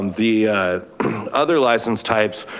um the other license types,